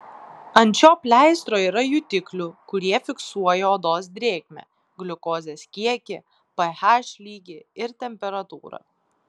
ant šio pleistro yra jutiklių kurie fiksuoja odos drėgmę gliukozės kiekį ph lygį ir temperatūrą